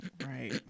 right